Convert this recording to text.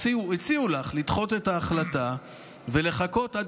הציעו לך לדחות את ההחלטה ולחכות עד